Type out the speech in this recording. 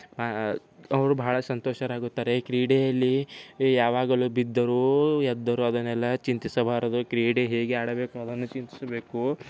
ಅವರು ಬಹಳ ಸಂತೋಷರಾಗುತ್ತಾರೆ ಕ್ರೀಡೆಯಲ್ಲಿ ಯಾವಾಗಲೂ ಬಿದ್ದರೂ ಎದ್ದರೂ ಅದನ್ನೆಲ್ಲ ಚಿಂತಿಸಬಾರದು ಕ್ರೀಡೆ ಹೇಗೆ ಆಡಬೇಕು ಅನ್ನೋದನ್ನು ಚಿಂತಿಸಬೇಕು